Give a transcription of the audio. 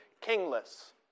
kingless